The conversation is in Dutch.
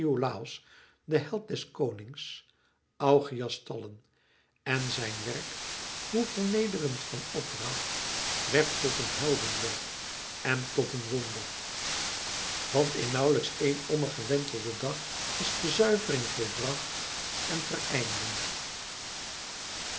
de held des konings augeias stallen en zijn werk hoe vernederend van opdracht werd tot een heldenwerk en tot een wonder want in nauwlijks eén omme gewentelden dag was de zuivering volbracht en verreinden